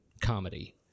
comedy